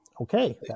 okay